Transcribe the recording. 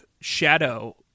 shadow